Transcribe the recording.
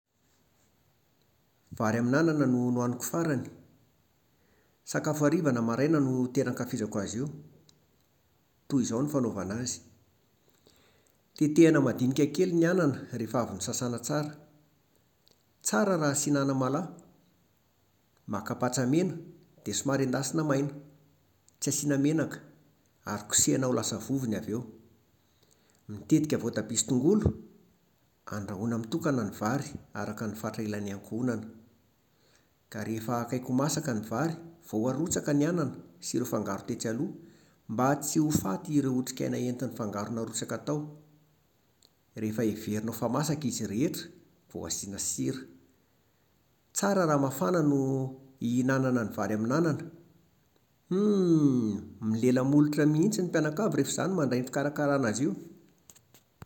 Vary amin'anana no nohaniko farany. Sakafo hariva na maraina no tena ankafizako azy io. Toy izao no fanaovana azy. Tetehana madinika kely ny anana rehefa avy nosasana tsara. Tsara raha asiana anamalaho. Maka patsa mena dia somary endasina maina, tsy asiana menaka ary kosehana ho lasa vovony avy eo. Mitetika voatabia sy tongolo. Andrahoina mitokana ny vary, araka ny fatra ilain'ny ankohonana. Ka rehefa akaiky ho masaka ny vary vao arotsaka ny anana sy ireo fangaro tetsy aloha mba tsy ho faty ireo otrikaina entin'ny fangaro narotsaka tao. Rehefa heverinao fa masaka izy rehetra vao asiana sira. Tsara raha mafana no hihinanana ny vary amin'anana. Mmmm Milela-molotra mihitsy ny mpianakavy rehefa izaho no mandray ny fikarakarana azy io